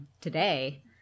today